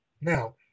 Now